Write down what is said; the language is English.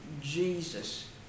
Jesus